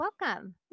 welcome